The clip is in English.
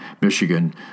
Michigan